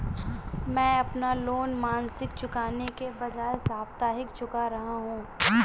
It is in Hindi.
मैं अपना लोन मासिक चुकाने के बजाए साप्ताहिक चुका रहा हूँ